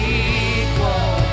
equal